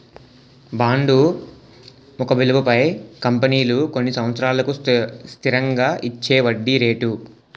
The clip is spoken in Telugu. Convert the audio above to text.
బాండు ముఖ విలువపై కంపెనీలు కొన్ని సంవత్సరాలకు స్థిరంగా ఇచ్చేవడ్డీ రేటు